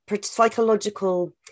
psychological